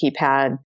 keypad